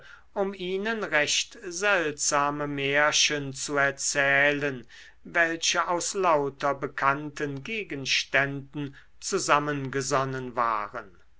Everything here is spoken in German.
um ihnen recht seltsame märchen zu erzählen welche aus lauter bekannten gegenständen zusammengesonnen waren